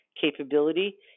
capability